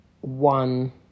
one